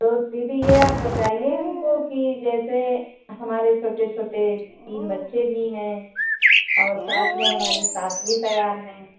तो दीदी यह आप बताइए आप हमको कि जैसे हमारे छोटे छोटे तीन बच्चे भी हैं और साथ में हमारी सास भी तैयार हैं